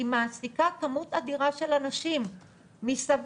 היא מעסיקה כמות אדירה של אנשים מסביב,